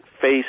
face